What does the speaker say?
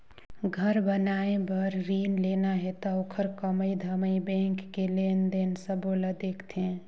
घर बनाए बर रिन लेना हे त ओखर कमई धमई बैंक के लेन देन सबो ल देखथें